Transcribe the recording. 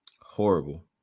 Horrible